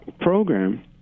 program